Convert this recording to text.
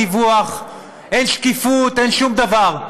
דיווח, אין שקיפות, אין שום דבר.